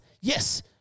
yes